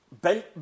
Ben